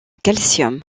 calcium